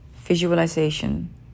visualization